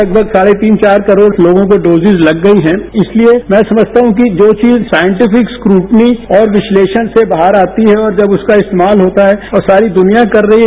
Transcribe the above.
लगभग साढ़े तीन चार करोड़ लोगों को डोजिज लग गई हैं इसलिए मैं समझता हूं कि जो चीज सांइटिफिक स्क्रूटनी और विश्लेषण से बाहर आती है और जब उसका इस्तेमाल होता है और सारीदुनिया कर रही है